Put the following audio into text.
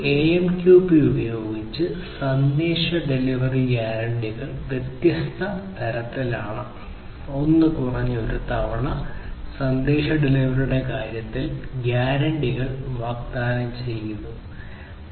AMQP ഉപയോഗിച്ച് സന്ദേശ delivery ഗ്യാരണ്ടികൾ വ്യത്യസ്ത തരത്തിലാണ് ഒന്ന് കുറഞ്ഞത് ഒരു തവണ സന്ദേശ ഡെലിവറിയുടെ കാര്യത്തിൽ ഗ്യാരണ്ടികൾ വാഗ്ദാനം ചെയ്യുന്നു എന്നാണ്